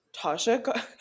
tasha